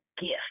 gift